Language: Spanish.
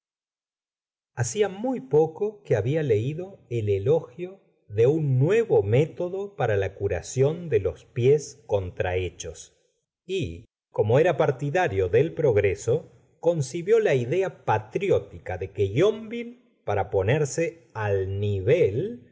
hacia muy poco que habla leido el elogio de un nuevo método para la curación de los pies contrahechos y como era partidario del progreso concibió la idea patriótica de que yonville para ponerse al nivel